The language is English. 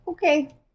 Okay